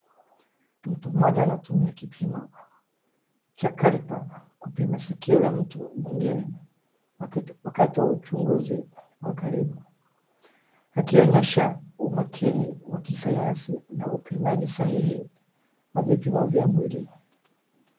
Mtu mmoja anatumia kipimo cha kaliba kupima sikio kla mtu mwingine wakati wa uchunguzi wa karibu akionyesha umakini wa kisanyasi na upimaji sahihi wa vipimo vya mwili.